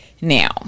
Now